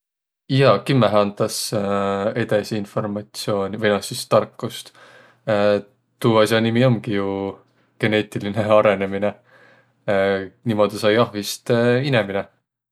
Jaa, kimmähe andas edesi informatsiuuni, vai noh sis tarkust. Tuu as'a nimi omgi jo geneetiline arõnõminõ. Niimuudu sai ahvist inemine.